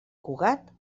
cugat